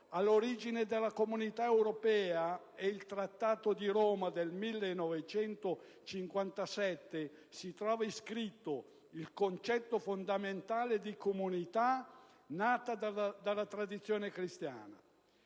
All'origine della Comunità europea e del Trattato di Roma del 1957 si trova iscritto il concetto fondamentale di comunità nata dalla tradizione cristiana.